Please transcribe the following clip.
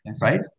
Right